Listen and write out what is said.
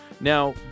Now